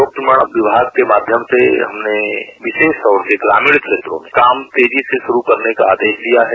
लोक निर्माण विभाग के माध्यम से हमने विशेष तौर से ग्रामीण क्षेत्रों में काम तेजी से शुरू होने का आदेश दिया है